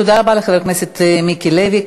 תודה רבה לחבר הכנסת מיקי לוי.